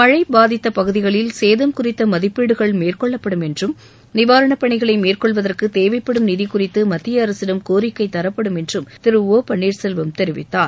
மழை பாதித்த பகுதிகளில் சேதம் குறித்த மதிப்பீடுகள் மேற்கொள்ளப்படும் என்றும் நிவாரணப் பணிகளை மேற்கொள்வதற்கு தேவைப்படும் நிதி குறித்து மத்திய அரசிடம் கோரிக்கை தரப்படும் என்றும் திரு ஆ பன்னீர்செல்வம் தெரிவித்தார்